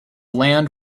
land